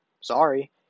Sorry